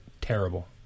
Terrible